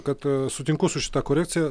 kad sutinku su šita korekcija